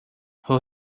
who